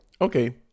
Okay